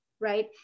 right